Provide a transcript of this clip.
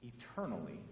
eternally